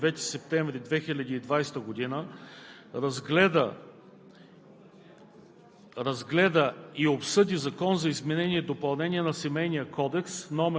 Комисията по въпросите на децата, младежта и спорта на свое редовно заседание, проведено на 9 септември 2020 г., разгледа